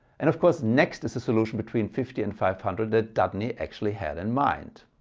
and of course next is the solution between fifty and five hundred that dudeney actually had in mind.